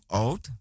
out